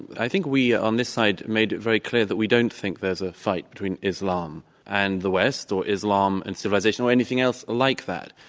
i think we on this side made it very clear that we don't think there's a fight between islam and the west or islam and civilization or anything else like that.